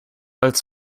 als